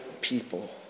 people